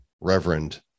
Reverend